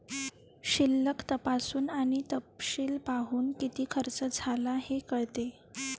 शिल्लक तपासून आणि तपशील पाहून, किती खर्च झाला हे कळते